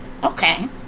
Okay